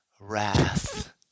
Wrath